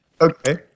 Okay